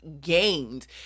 gained